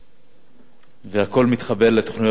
והכול מתחבר לתוכניות המיתאר במגזר.